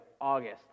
August